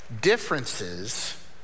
Differences